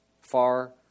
far